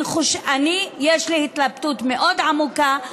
יש לי התלבטות מאוד עמוקה.